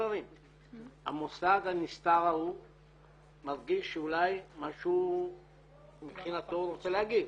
המוסד הנסתר ההוא מרגיש שמבחינתו הוא רוצה להגיב,